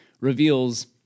reveals